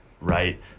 right